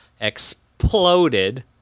exploded